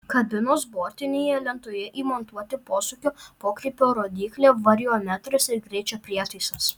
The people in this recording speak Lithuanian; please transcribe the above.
kabinos bortinėje lentoje įmontuoti posūkio pokrypio rodyklė variometras ir greičio prietaisas